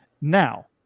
Now